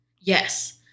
Yes